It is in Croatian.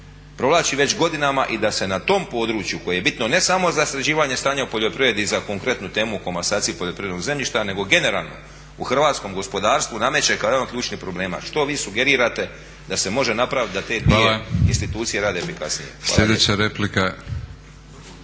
provlači već godinama i da se na tom području koje je bitno ne samo za sređivanje stanja u poljoprivredi i za konkretnu temu o komasaciji poljoprivrednog zemljišta nego generalno u hrvatskom gospodarstvu nameće kao jedan od ključnih problema. Što vi sugerirate da se može napraviti da te dvije institucije rade …/Govornik